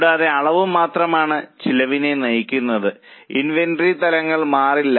കൂടാതെ അളവ് മാത്രമാണ് ചെലവിനെ നയിക്കുന്നത് ഇൻവെന്ററി തലങ്ങൾ മാറില്ല